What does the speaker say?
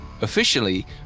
Officially